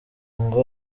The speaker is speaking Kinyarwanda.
ngo